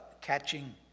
catching